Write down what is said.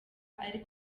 ari